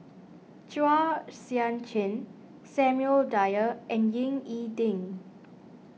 Chua Sian Chin Samuel Dyer and Ying E Ding